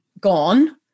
gone